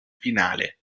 finale